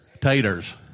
Taters